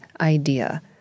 idea